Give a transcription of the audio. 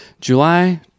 July